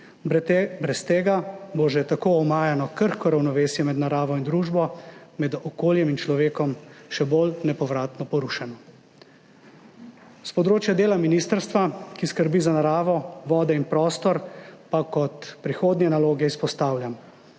Brez tega bo že tako omajano krhko ravnovesje med naravo in družbo, med okoljem in človekom še bolj nepovratno porušeno. S področja dela ministrstva, ki skrbi za naravo, vode in prostor, pa kot prihodnje naloge izpostavljam